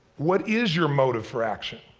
what is your motive for action?